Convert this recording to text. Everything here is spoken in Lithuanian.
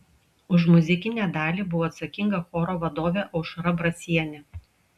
už muzikinę dalį buvo atsakinga choro vadovė aušra brasienė